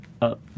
up